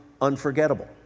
unforgettable